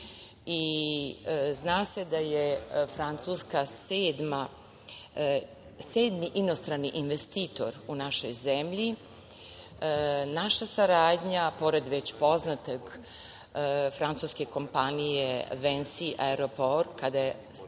se da je Francuska sedmi inostrani investitor u našoj zemlji. Naša saradnja, pored već poznate francuske kompanije „Vensi aeropor“, kada